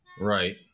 Right